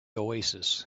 oasis